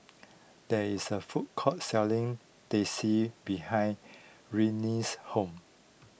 there is a food court selling Teh C behind Rennie's home